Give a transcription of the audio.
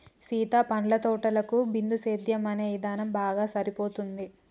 సీత పండ్ల తోటలకు బిందుసేద్యం అనే ఇధానం బాగా సరిపోతుంది